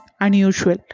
unusual